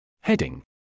Heading